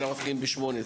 אלא מתחילים בשמונה.